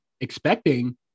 expecting